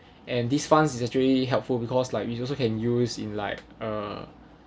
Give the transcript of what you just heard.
and these funds is actually helpful because like you also can use in like uh